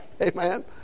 Amen